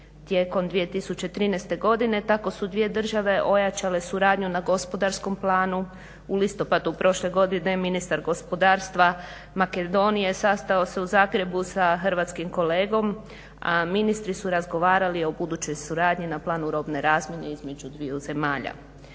tijekom 2013.godine, tako su dvije države ojačale suradnju na gospodarskom planu. U listopadu prošle godine ministar gospodarstva Makedonije sastao se u Zagrebu sa hrvatskim kolegom, a ministri su razgovarali o budućoj suradnji na planu robne razmjene između dviju zemalja.